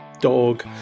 dog